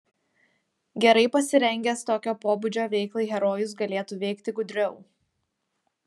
gerai pasirengęs tokio pobūdžio veiklai herojus galėtų veikti gudriau